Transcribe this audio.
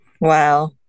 Wow